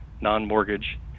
non-mortgage